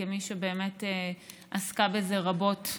כמי שבאמת עסקה בזה רבות,